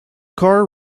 car